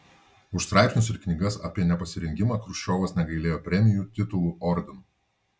už straipsnius ir knygas apie nepasirengimą chruščiovas negailėjo premijų titulų ordinų